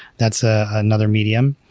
that's ah another medium.